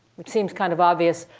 which seems kind of obvious.